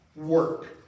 work